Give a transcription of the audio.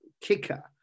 kicker